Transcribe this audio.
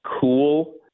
cool